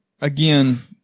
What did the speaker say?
again